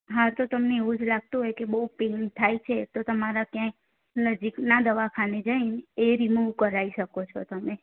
હા તો તમને એવું જ લાગતું હોય કે બઉ પેઈન થાય છે તો તમારા ત્યાં નજીક ના દવાખાને જઈને એ રિમૂવ કરાઈ શકો છો તમે